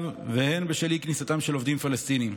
והן בשל אי-כניסתם של עובדים פלסטינים.